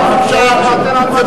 אדוני היושב-ראש, שהשר, על מה שהוא אמר.